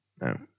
No